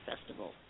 festival